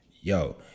yo